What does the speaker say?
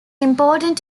important